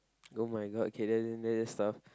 [oh]-my-god okay then then just stuff